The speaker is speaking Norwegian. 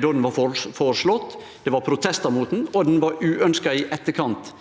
då han var føreslått, det var protestar mot han, og han var uønskt i etterkant.